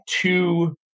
two